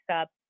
up